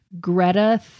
greta